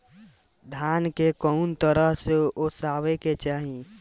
धान के कउन तरह से ओसावे के चाही?